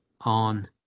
on